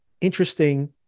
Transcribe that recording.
interesting